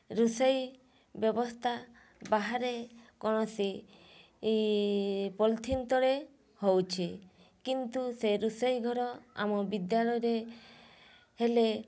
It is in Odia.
ରୋଷେଇ ବ୍ୟବସ୍ଥା ବାହାରେ କୌଣସି ପଲିଥିନ୍ ତଳେ ହେଉଛି କିନ୍ତୁ ସେ ରୋଷେଇ ଘର ଆମ ବିଦ୍ୟାଳୟରେ ହେଲେ